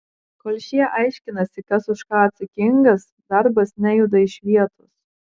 kol šie aiškinasi kas už ką atsakingas darbas nejuda iš vietos